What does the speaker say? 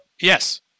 Yes